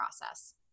process